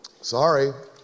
Sorry